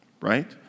right